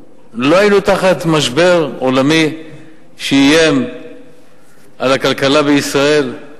לא היינו תחת משבר עולמי שאיים על הכלכלה בישראל,